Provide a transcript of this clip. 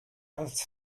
als